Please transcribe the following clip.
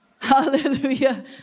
Hallelujah